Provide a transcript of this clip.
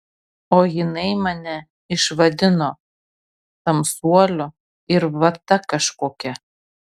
o jinai mane išvadino tamsuoliu ir vata kažkokia